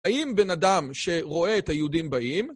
האם בן אדם שרואה את היהודים באים?